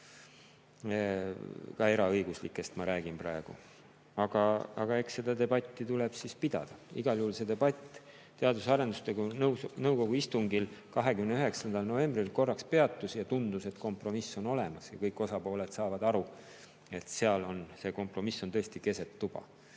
Ma eraõiguslikest [tegijatest] räägin praegu. Aga eks seda debatti tuleb pidada. Igal juhul see debatt Teadus- ja Arendusnõukogu istungil 29. novembril korraks peatus. Tundus, et kompromiss on olemas ja kõik osapooled saavad aru, et see kompromiss on tõesti keset tuba